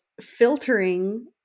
filtering